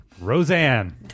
Roseanne